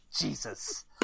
Jesus